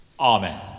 Amen